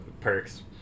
perks